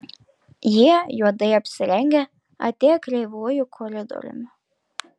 jie juodai apsirengę atėję kreivuoju koridoriumi